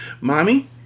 Mommy